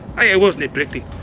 aye, it was nae pretty.